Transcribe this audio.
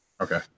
Okay